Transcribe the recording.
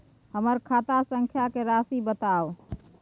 हमर खाता संख्या के राशि बताउ